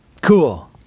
cool